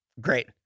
Great